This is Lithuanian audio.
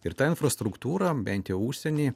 ir ta infrastruktūra bent jau užsienyje